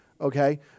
okay